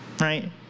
right